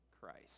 Christ